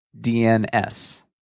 DNS